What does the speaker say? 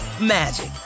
magic